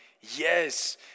Yes